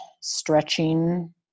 stretching